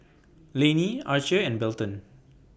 Layne Archer and Belton